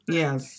yes